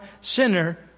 sinner